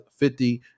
50